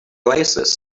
oasis